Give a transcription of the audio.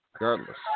regardless